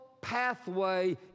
pathway